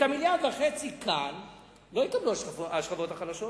את המיליארד וחצי כאן לא יקבלו השכבות החלשות,